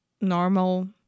normal